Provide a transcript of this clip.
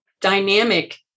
dynamic